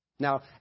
Now